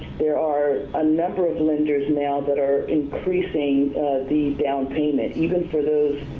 there are a number of lenders now that are increasing these down payments, even for those